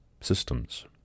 systems